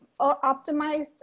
optimized